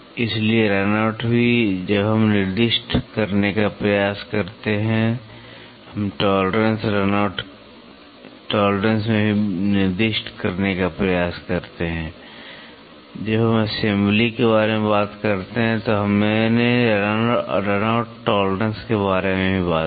इसलिए run out भी जब हम निर्दिष्ट करने का प्रयास करते हैं हम टॉलरेंस रन आउट टॉलरेंस में भी निर्दिष्ट करने का प्रयास करते हैं जब हम असेंबली के बारे में बात करते हैं तो हमने रन आउट टॉलरेंस के बारे में भी बात की